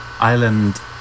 island